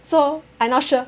so I not sure